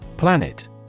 Planet